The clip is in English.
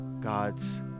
God's